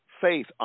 faith